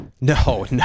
No